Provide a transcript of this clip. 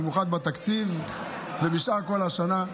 במיוחד בתקציב ובכל השנה.